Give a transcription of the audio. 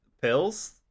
Pills